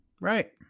Right